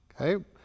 Okay